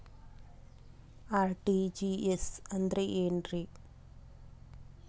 RTGS ಅಂದ್ರ ಏನ್ರಿ?